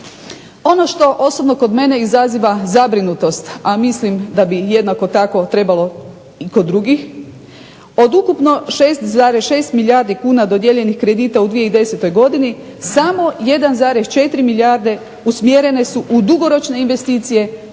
Ono što osobno kod mene izaziva zabrinutost, a mislim da bi jednako tako trebalo i kod drugih od ukupno 6,6 milijardi kuna dodijeljenih kredita u 2010. godini samo 1,4 milijarde usmjerene su u dugoročne investicije, a